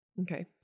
Okay